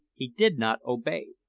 he did not obey.